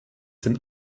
den